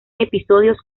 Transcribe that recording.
episodios